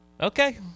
okay